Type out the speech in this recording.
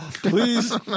please